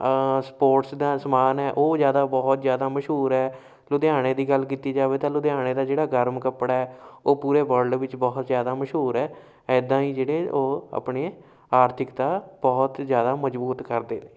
sports ਦਾ ਸਮਾਨ ਹੈ ਉਹ ਜ਼ਿਆਦਾ ਬਹੁਤ ਜ਼ਿਆਦਾ ਮਸ਼ਹੂਰ ਹੈ ਲੁਧਿਆਣੇ ਦੀ ਗੱਲ ਕੀਤੀ ਜਾਵੇ ਤਾਂ ਲੁਧਿਆਣੇ ਦਾ ਜਿਹੜਾ ਗਰਮ ਕੱਪੜਾ ਉਹ ਪੂਰੇ ਵਰਲਡ ਵਿੱਚ ਬਹੁਤ ਜ਼ਿਆਦਾ ਮਸ਼ਹੂਰ ਹੈ ਇੱਦਾਂ ਹੀ ਜਿਹੜੇ ਉਹ ਆਪਣੇ ਆਰਥਿਕਤਾ ਬਹੁਤ ਜ਼ਿਆਦਾ ਮਜ਼ਬੂਤ ਕਰਦੇ